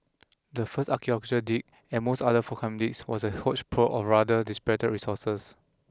the first archaeological dig and most other forthcoming digs was a hodge pro of rather diss better resources